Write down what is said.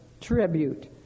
tribute